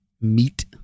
meat